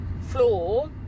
floor